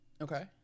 Okay